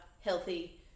healthy